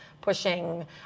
pushing